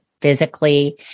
physically